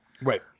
Right